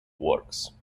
works